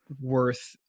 worth